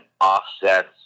offsets